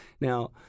Now